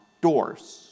doors